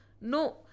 no